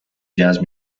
jazz